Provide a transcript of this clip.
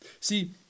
See